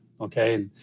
Okay